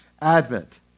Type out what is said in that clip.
advent